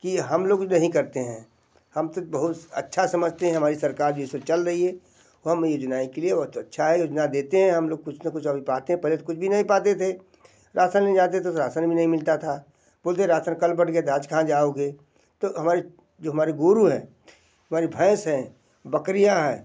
कि हम लोग भी नहीं करते हैं हम तो बहुत अच्छा समझते हैं हमारी सरकार ये सब चल रही है हम योजनाएं के लिए वो तो अच्छा है योजना देते हैं हम लोग कुछ ना कुछ जो अभी पाते हैं पहले तो कुछ भी नहीं पाते थे राशन लेने जाते थे तो राशन भी नहीं मिलता था बोलते राशन कल बट गया तो आज कहाँ जाओगे तो हमारी जो हमारे गुरु हैं हमारी भैंस हैं बकरियाँ हैं